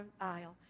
aisle